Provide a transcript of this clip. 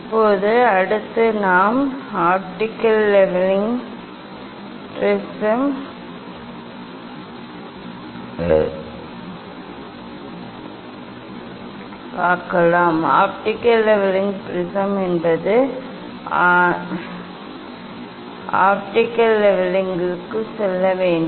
இப்போது அடுத்து நாம் கண்ணாடி லெவலிங் முப்படை கண்ணாடியின் லெவலிங் ஆகியவற்றிற்கு செல்ல வேண்டும்